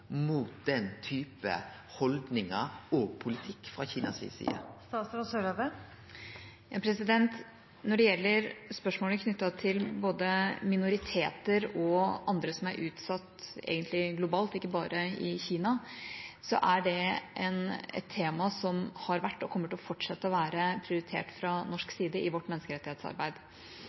mot den typen haldningar og politikk frå Kinas side. Når det gjelder spørsmålene knyttet til både minoriteter og andre som er utsatt – egentlig globalt, ikke bare i Kina – er det et tema som har vært og kommer til å fortsette å være prioritert fra norsk side i vårt menneskerettighetsarbeid.